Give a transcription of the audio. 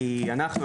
כי אנחנו,